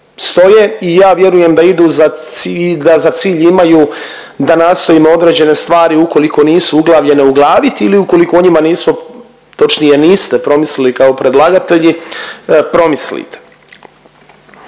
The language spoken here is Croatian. i ja vjerujem da idu za cilj, da za cilj imaju da nastojimo određene stvari ukoliko nisu uglavljene uglavit ili ukoliko o njima nismo točnije niste promislili kao predlagatelji promislite.